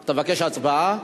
אתה מבקש הצבעה?